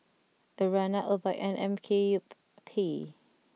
Urana Obike and Mkup